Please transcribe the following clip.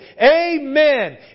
amen